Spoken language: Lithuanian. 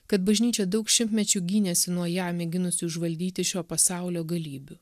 kad bažnyčia daug šimtmečių gynėsi nuo ją mėginusių užvaldyti šio pasaulio galybių